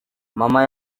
mama